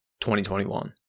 2021